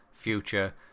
future